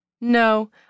No